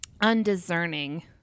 undiscerning